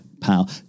pal